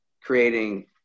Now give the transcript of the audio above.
creating